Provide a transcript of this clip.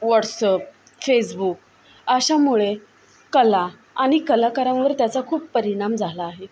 WhatsApp Facebook अशामुळे कला आणि कलाकारांवर त्याचा खूप परिणाम झाला आहे